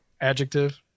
adjective